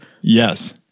Yes